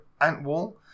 Antwall